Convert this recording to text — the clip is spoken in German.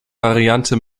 variante